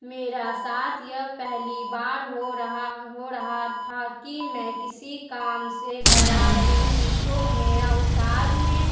میرا ساتھ یہ پہلی بار ہو رہا ہو رہا تھا کہ میں کسی کام سے گھبرا رہی تھی تو میرا استاد نے